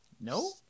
No